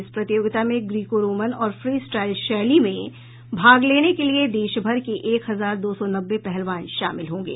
इस प्रतियोगिता में ग्रीको रोमन और फ्री स्टाईल शैली में भागल लेने के लिये देश भर के एक हजार दो सौ नब्बे पहलवान शामिल होंगे